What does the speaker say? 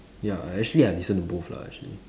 ya actually I listen to both lah actually